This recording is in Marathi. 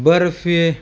बर्फी